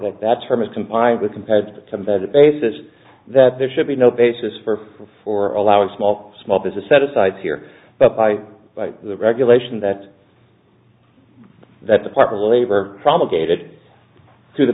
how that term is compliant with compared to the basis that there should be no basis for for allowing small small business set asides here but by the regulation that that department of labor promulgated through the